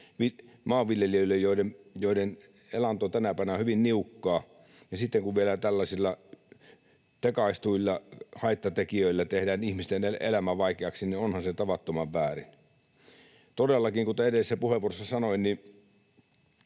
maanviljelijöille, joiden elanto on tänä päivänä hyvin niukkaa. Ja sitten kun vielä tällaisilla tekaistuilla haittatekijöillä tehdään ihmisten elämä vaikeaksi, niin onhan se tavattoman väärin. Todellakin, kuten edellisessä puheenvuorossa sanoin,